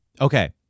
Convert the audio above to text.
Okay